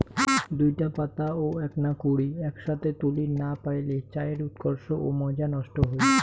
দুইটা পাতা ও এ্যাকনা কুড়ি এ্যাকসথে তুলির না পাইলে চায়ের উৎকর্ষ ও মজা নষ্ট হই